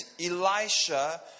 Elisha